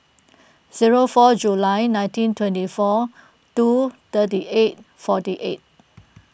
zero four July nineteen twenty four two thirty eight forty eight